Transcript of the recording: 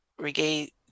Reggae